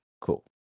Cool